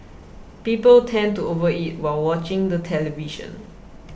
people tend to overeat while watching the television